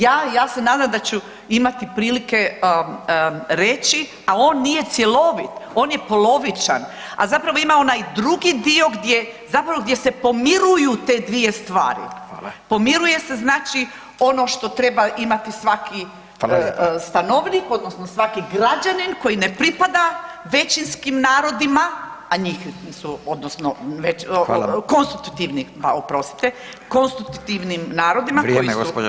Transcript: Ja, ja se nadam da ću imati prilike reći, al on nije cjelovit, on je polovičan, a zapravo ima onaj drugi dio gdje zapravo gdje se pomiruju te dvije stvari [[Upadica: Hvala.]] pomiruje se znači ono što treba imati svaki stanovnik [[Upadica: Hvala lijepa.]] odnosno svaki građanin koji ne pripada većinskim narodima, a njih su odnosno [[Upadica: Hvala.]] konstitutivnim oprostite, konstitutivnim narodima koji su [[Upadica: Vrijeme gospođo Bušić, vrijeme nažalost.]] dobro, dobro.